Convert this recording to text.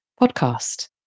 podcast